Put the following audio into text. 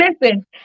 Listen